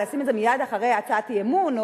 לשים את זה מייד אחרי הצעת אי-אמון,